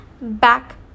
back